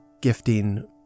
gifting